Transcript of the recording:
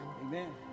Amen